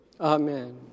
Amen